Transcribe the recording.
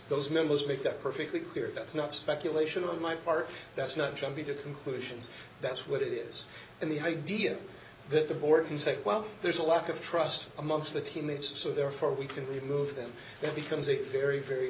those memos make that perfectly clear that's not speculation on my part that's not jumping to conclusions that's what it is and the idea that the board he said well there's a lack of trust amongst the team and so therefore we can remove him that becomes a very very